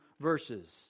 verses